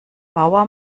bauer